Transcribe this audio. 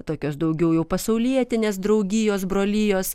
tokios daugiau jau pasaulietinės draugijos brolijos